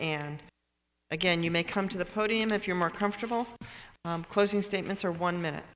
and again you may come to the podium if you're more comfortable closing statements or one minute